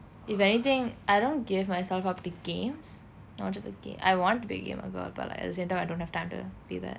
if anything I don't give myself up to games onto the game I want to be a gamer girl but like at the same time I don't have time to be there